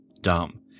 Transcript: dumb